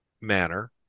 manner